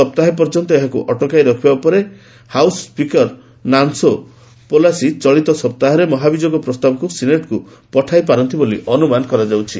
ସପ୍ତାହେ ପର୍ଯ୍ୟନ୍ତ ଏହାକୁ ଅଟକାଇ ରଖିବା ପରେ ହାଉସ୍ ୱିକର ନାନ୍ସୋ ପେଲୋସି ଚଳିତସପ୍ତାହରେ ମହାଭିଯୋଗ ପ୍ରସ୍ତାବକୁ ସିନେଟ୍କୁ ପଠାଇ ପାରନ୍ତି ବୋଲି ଅନୁମାନ କରାଯାଉଛି